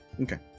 Okay